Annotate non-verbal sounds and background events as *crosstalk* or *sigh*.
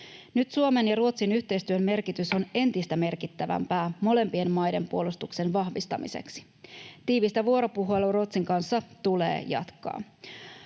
Nyt Suomen ja Ruotsin yhteistyön merkitys on *noise* entistä merkittävämpää molempien maiden puolustuksen vahvistamiseksi. Tiivistä vuoropuhelua Ruotsin kanssa tulee jatkaa.